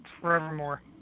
forevermore